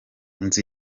inzu